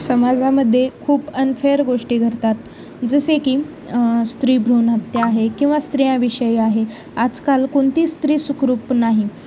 समाजामध्ये खूप अनफेअर गोष्टी घडतात जसे की स्त्रीभ्रूणहत्या आहे किंवा स्त्रियाविषयी आहे आजकाल कोणती स्त्री सुखरूप नाही